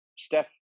steph